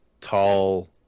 tall